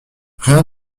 rien